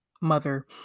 mother